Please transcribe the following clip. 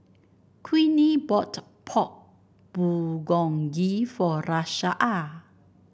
Queenie bought Pork Bulgogi for Rashaan